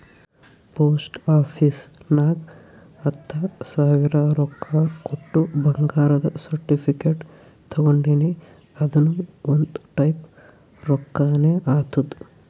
post office ನಾಗ್ ಹತ್ತ ಸಾವಿರ ರೊಕ್ಕಾ ಕೊಟ್ಟು ಬಂಗಾರದ ಸರ್ಟಿಫಿಕೇಟ್ ತಗೊಂಡಿನಿ ಅದುನು ಒಂದ್ ಟೈಪ್ ರೊಕ್ಕಾನೆ ಆತ್ತುದ್